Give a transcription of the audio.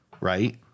right